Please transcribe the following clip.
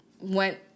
went